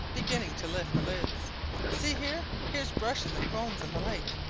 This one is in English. beginning to lift the lids see here here's brushes and combs and the like.